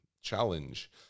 challenge